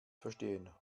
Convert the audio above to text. verstehen